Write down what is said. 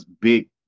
big